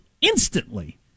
instantly